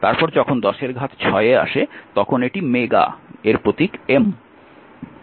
তারপর যখন 10 এর ঘাত 6 এ আসে তখন এটি মেগা এর প্রতীক M